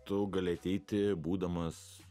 tu gali ateiti būdamas